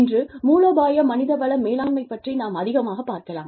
இன்று மூலோபாய மனித வள மேலாண்மை பற்றி நாம் அதிகமாகப் பார்க்கலாம்